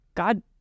God